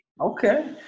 Okay